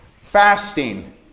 fasting